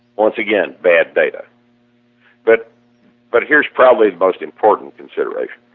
once again bad data but but here is probably most important consideration.